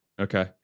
okay